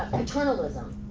paternalism.